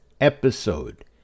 episode